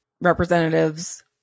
representatives